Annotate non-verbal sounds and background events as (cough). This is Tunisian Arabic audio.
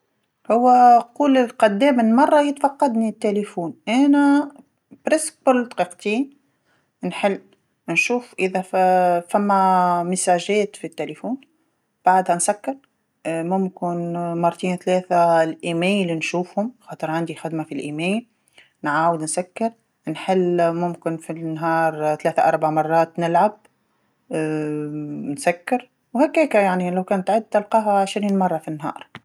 هو قول قداه من مره يتفقدني التيليفون، أنا تقريبا كل دقيقتين نحل نشوف إذا (hesitation) فما ميساجات في التيليفون بعدها نسكر، ممكن (hesitation) مرتين تلاثه البريد الإلكتروني نشوفهم، علاخاطر عندي خدمه في البريد الإلكتروني، نعاود نسكر، نحل ممكن في النهار (hesitation) تلاثه أربع مرات نلعب، (hesitation) نسكر، وهكاكا يعني لوكان تعد تلقاها عشرين مره في النهار.